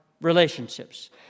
relationships